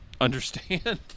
understand